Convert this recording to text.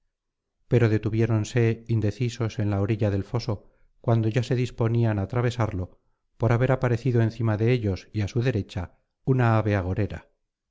pero detuviéronse indecisos en la orilla del foso cuando ya se disponían á atravesarlo por haber aparecido encima de ellos y á su derecha una ave agorera